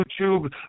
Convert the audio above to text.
YouTube